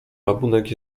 rabunek